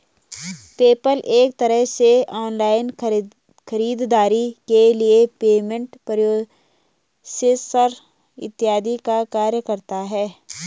PayPal एक तरह से ऑनलाइन खरीदारी के लिए पेमेंट प्रोसेसर इत्यादि का कार्य करता है